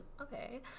Okay